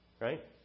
right